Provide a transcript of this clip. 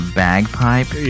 bagpipe